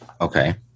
Okay